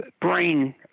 brain